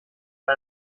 bei